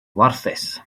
warthus